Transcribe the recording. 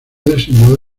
designado